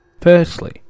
Firstly